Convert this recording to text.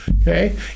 Okay